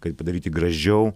kad padaryti gražiau